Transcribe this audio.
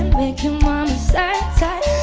make your mama sad type